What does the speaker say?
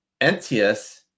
Entius